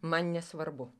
man nesvarbu